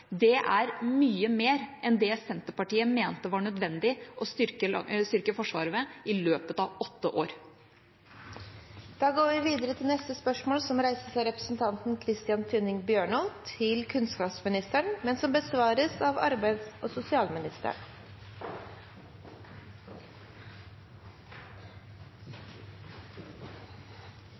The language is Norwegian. er mye mer enn det Senterpartiet mente det var nødvendig å styrke Forsvaret med i løpet av åtte år. Dette spørsmålet, fra representanten Christian Tynning Bjørnø til kunnskapsministeren, vil bli besvart av arbeids- og sosialministeren på